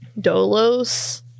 Dolos